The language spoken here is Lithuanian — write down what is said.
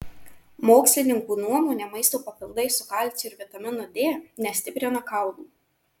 mokslininkų nuomone maisto papildai su kalciu ir vitaminu d nestiprina kaulų